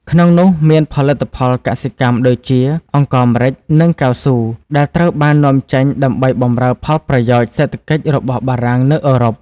ក្នុងនោះមាន ផលិតផលកសិកម្មដូចជា អង្ករ ម្រេច និងកៅស៊ូ ដែលត្រូវបាននាំចេញដើម្បីបម្រើផលប្រយោជន៍សេដ្ឋកិច្ចរបស់បារាំងនៅអឺរ៉ុប។